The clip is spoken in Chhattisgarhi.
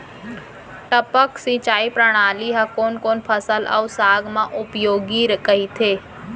टपक सिंचाई प्रणाली ह कोन कोन फसल अऊ साग म उपयोगी कहिथे?